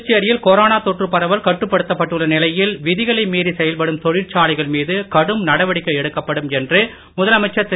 புதுச்சேரியில் கொரோனா தொற்று பரவல் கட்டுப்படுத்தப்பட்டுள்ள நிலையில் விதிகளை மீறி செயல்படும் தொழிற்சாலைகள் மீது கடும் நடவடிக்கை எடுக்கப்படும் என்று முதலமைச்சர் திரு